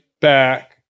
back